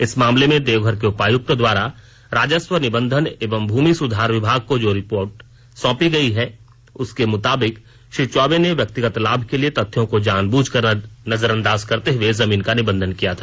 इस मामले में देवघर के उपायुक्त द्वारा राजस्व निबंधन एवं भूमि सुधार विभाग को जो रिपोर्ट सौंपी गयी है उसके मुताबिक श्री चौबे ने व्यक्तिगत लाभ के लिए तथ्यों को जान बूझकर नजरअंदाज करते हुए जमीन का निबंधन किया था